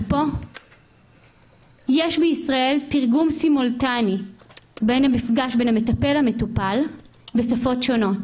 יש בישראל תרגום סימולטני בין המטפל למטופל בשפות שונות: